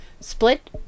Split